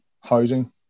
housing